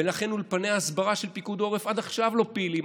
ולכן אולפני ההסברה של פיקוד העורף עד עכשיו לא פעילים,